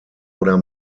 oder